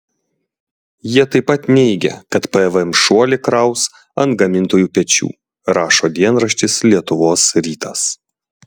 jie taip pat neigia kad pvm šuolį kraus ant gamintojų pečių rašo dienraštis lietuvos rytas